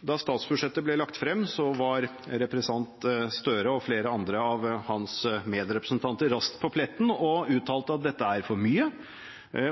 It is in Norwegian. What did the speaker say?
da statsbudsjettet ble lagt frem, var representanten Gahr Støre og flere andre av hans medrepresentanter raskt på pletten og uttalte at dette er for mye,